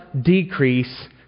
decrease